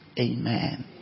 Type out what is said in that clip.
Amen